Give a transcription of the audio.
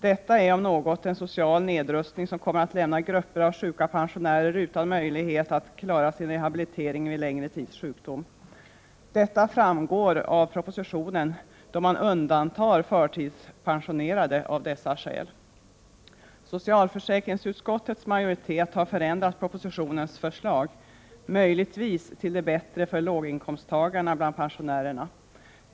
Detta är om något en social nedrustning, som kommer att lämna grupper av sjuka pensionärer utan möjlighet att klara sin rehabilitering vid längre tids sjukdom. Detta framgår av propositionen, då man undantar förtidspensionärerna av dessa skäl. Socialförsäkringsutskottets majoritet har förändrat propositionens förslag — möjligtvis till det bättre för låginkomsttagarna bland pensionärerna.